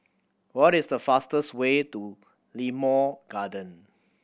what is the fastest way to Limau Garden